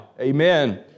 Amen